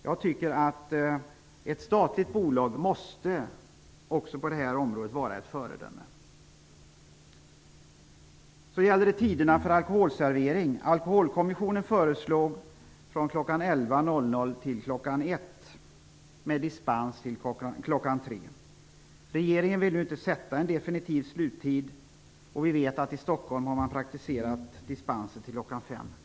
Jag tycker att ett statligt bolag också på det här området måste vara ett föredöme. Så gäller det tiderna för alkoholservering. Alkoholkommissionen föreslog från kl. 11.00 till kl. 1, med dispens till kl. 3. Regeringen vill nu inte sätta en definitiv sluttid, och vi vet att man i Stockholm har praktiserat dispenser till kl. 5.